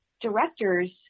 directors